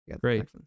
Great